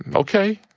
and ok.